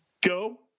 go